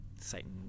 Satan